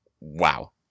wow